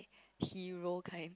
hero kind